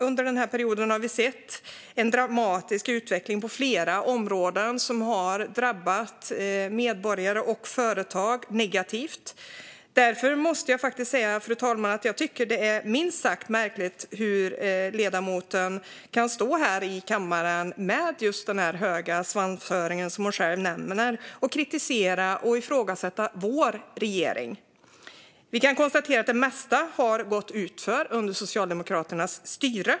Under den perioden har vi sett en dramatisk utveckling på flera områden som har drabbat medborgare och företag negativt. Fru talman! Det är minst sagt märkligt hur ledamoten kan stå här i kammaren med den höga svansföring som hon själv nämner och kritisera och i ifrågasätta vår regering. Vi kan konstatera att det mesta har gått utför under Socialdemokraternas styre.